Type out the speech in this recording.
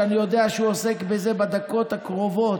שאני יודע שהוא עוסק בזה בדקות הקרובות